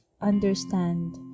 understand